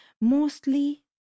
mostly